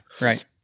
right